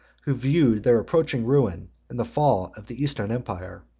who viewed their approaching ruin in the fall of the eastern empire.